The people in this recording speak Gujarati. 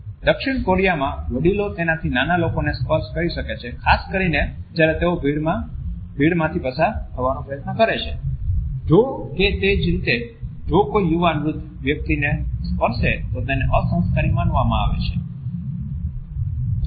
દક્ષિણ કોરિયામાં વડીલો તેનાથી નાના લોકોને સ્પર્શ કરી શકે છે ખાસ કરીને જ્યારે તેઓ ભીડ માંથી પસાર થવાનો પ્રયત્ન કરે છે જો કે તે જ રીતે જો કોઈ યુવાન વૃદ્ધ વ્યક્તિને સ્પર્શે તો તેને અસંસ્કારી માનવામાં આવે છે